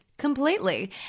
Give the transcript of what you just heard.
Completely